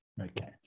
Okay